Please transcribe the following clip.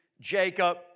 Jacob